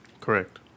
Correct